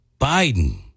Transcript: Biden